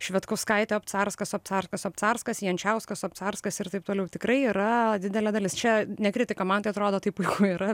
švedkauskaitė obcarskas obcarskas obcarskas jančiauskas obcarskas ir taip toliau tikrai yra didelė dalis čia ne kritika man tai atrodo tai puiku yra